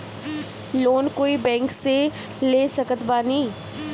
Loan कोई bank से ले सकत बानी?